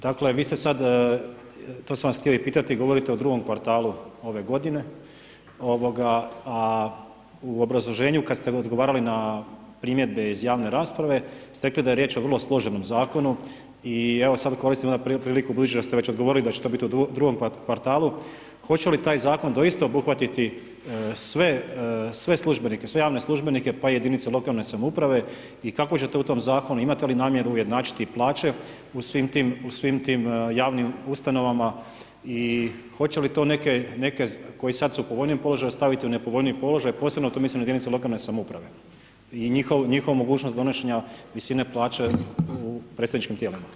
Dakle vi ste sad, to sam vas htio i pitati, govorite o drugom kvartalu ove godine a obrazloženju kad ste odgovarali na primjedbe iz javne rasprave ste rekli da je riječ o vrlo složenom zakonu i ja sad koristim onda priliku budući da ste već odgovorili da će to bit u drugom kvartalu, hoće li taj zakon doista obuhvatiti sve službenike, sve javne službenike pa i jedinice lokalne samouprave i kako ćete u tom zakonu, imat li namjeru ujednačiti plaće u svim tim javnim ustanovama i hoće li to neke koji sad u povoljnijem položaju, staviti u nepovoljniji položaj, posebno tu mislim na jedinice lokalne samouprave i njihovu mogućnost donošenja visine plaće u predstavničkim tijelima?